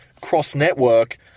cross-network